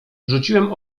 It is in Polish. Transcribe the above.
rzuciłem